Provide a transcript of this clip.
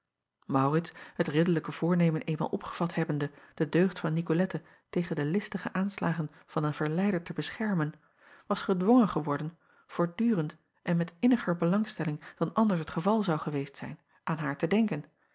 aurits het ridderlijke voornemen eenmaal opgevat hebbende de deugd van icolette tegen de listige aanslagen van een verleider te beschermen was gedwongen geworden voortdurend en met inniger belangstelling dan anders het geval zou geweest zijn aan haar te denken